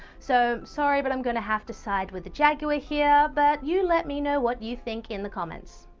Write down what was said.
so, i'm sorry, but i'm going to have to side with the jaguar here but you let me know what you think in the comments.